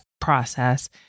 process